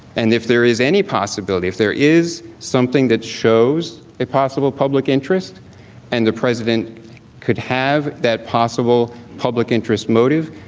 and if there is any possibility, if there is something that shows a possible public interest and the president could have that possible public interest motive,